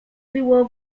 było